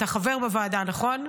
אתה חבר בוועדה, נכון?